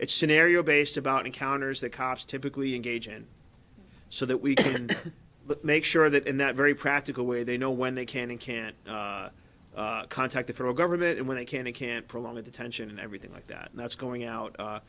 it's scenario based about encounters that cops typically engage in so that we can but make sure that in that very practical way they know when they can and can contact the federal government and when they can and can't prolong the tension and everything like that that's going out